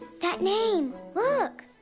that name, look!